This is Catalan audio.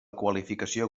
qualificació